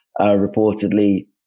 reportedly